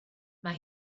mae